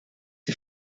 est